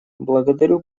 благодарю